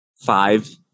five